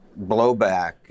blowback